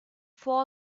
four